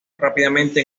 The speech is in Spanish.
rápidamente